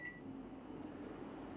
<S